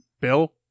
Bill